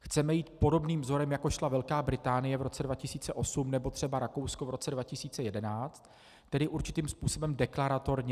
Chceme jít podobným vzorem, jako šla Velká Británie v roce 2008 nebo třeba Rakousko v roce 2011, tedy určitým způsobem deklaratorně.